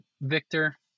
Victor